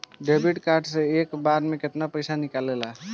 Debit card से एक बार मे केतना पैसा निकले ला?